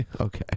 Okay